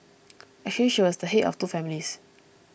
actually she was the head of two families